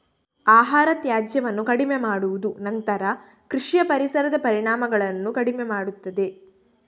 ಆಹಾರ ತ್ಯಾಜ್ಯವನ್ನು ಕಡಿಮೆ ಮಾಡುವುದು ನಂತರ ಕೃಷಿಯ ಪರಿಸರದ ಪರಿಣಾಮಗಳನ್ನು ಕಡಿಮೆ ಮಾಡುತ್ತದೆ